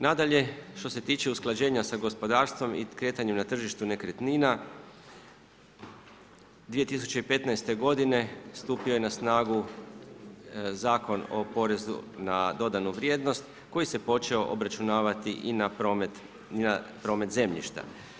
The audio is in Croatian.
Nadalje što se tiče usklađenja sa gospodarstvom i kretanjem na tržištu nekretnina, 2015. godine stupio je na snagu Zakon o porezu na dodanu vrijednost koji se počeo obračunavati i na promet zemljišta.